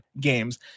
GAMES